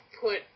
put